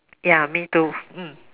ya me too mm